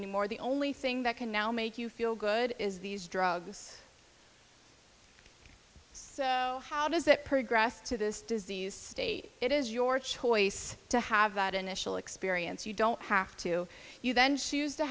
anymore the only thing that can now make you feel good is these drugs so how does that progress to this disease state it is your choice to have that initial experience you don't have to you then choose to